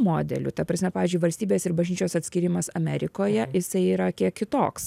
modelių ta prasme pavyzdžiui valstybės ir bažnyčios atskyrimas amerikoje jisai yra kiek kitoks